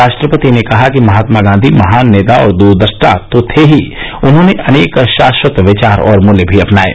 राष्ट्रपति ने कहा कि महात्मा गांधी महान नेता और दूरदृष्टा तो थे ही उन्होंने अनेक शाश्वत विचार और मूल्य भी अपनाये